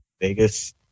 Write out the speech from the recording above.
Vegas